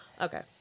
Okay